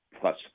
plus